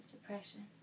depression